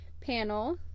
panel